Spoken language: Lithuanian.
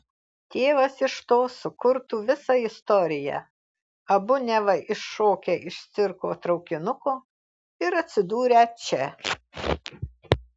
tėvas iš to sukurtų visą istoriją abu neva iššokę iš cirko traukinuko ir atsidūrę čia